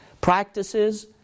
practices